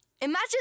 Imagine